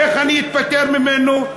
איך אני אפטר ממנו?